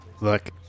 Look